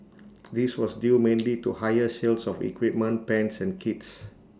this was due mainly to higher sales of equipment pans and kits